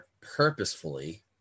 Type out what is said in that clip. purposefully